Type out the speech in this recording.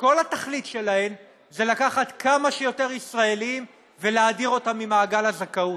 שכל התכלית שלהן זה לקחת כמה שיותר ישראלים ולהדיר אותם ממעגל הזכאות.